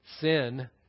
sin